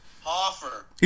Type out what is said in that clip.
Hoffer